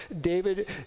David